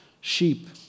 sheep